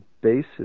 basis